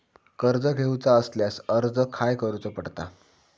कर्ज घेऊचा असल्यास अर्ज खाय करूचो पडता?